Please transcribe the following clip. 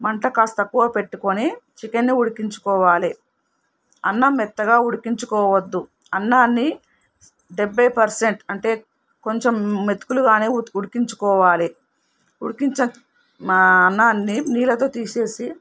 మంట కాస్త తక్కువ పెట్టుకుని చికెన్ని ఉడికించుకోవాలి అన్నం మెత్తగా ఉడికించుకోవద్దు అన్నాన్ని డెబ్భై పర్సెంట్ అంటే కొంచెం మెతుకులుగా ఉతుకు ఉడికించుకోవాలి ఉడికించ అన్నాన్ని నీళ్ళతో తీసేసి